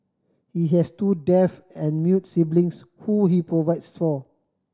he has two deaf and mute siblings who he provides for